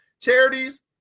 charities